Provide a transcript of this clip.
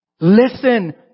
Listen